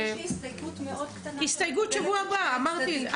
--- יש לי הסתייגות מאוד קטנה שמקובלת על